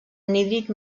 anhídrid